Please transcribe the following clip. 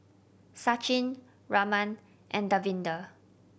Sachin Raman and Davinder